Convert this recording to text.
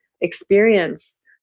experience